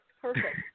perfect